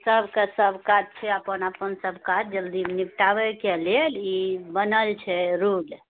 सबकेँ सब काज छै अपन अपन सब काज जल्दी निपटाबैके लेल ई बनल छै रूल